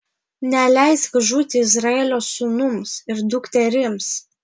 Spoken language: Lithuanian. neleisk žūti izraelio sūnums ir dukterims